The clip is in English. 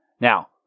Now